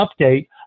update